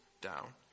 down